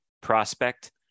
prospect